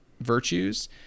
virtues